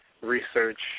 research